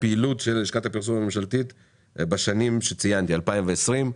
הפעילות של לשכת הפרסום הממשלתית בשנים שציינתי 2020,